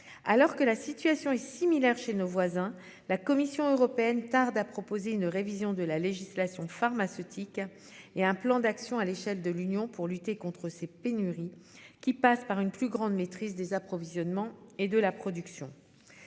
alors que la situation est similaire chez nos voisins. La Commission européenne tarde à proposer une révision de la législation pharmaceutique et un plan d'action à l'échelle de l'Union pour lutter contre ces pénuries qui passe par une plus grande maîtrise des approvisionnements et de la production.